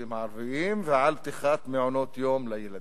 ביישובים הערביים ועל פתיחת מעונות-יום לילדים.